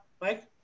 Mike